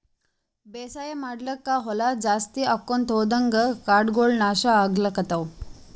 ಬೇಸಾಯ್ ಮಾಡ್ಲಾಕ್ಕ್ ಹೊಲಾ ಜಾಸ್ತಿ ಆಕೊಂತ್ ಹೊದಂಗ್ ಕಾಡಗೋಳ್ ನಾಶ್ ಆಗ್ಲತವ್